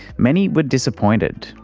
many were disappointed.